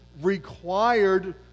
required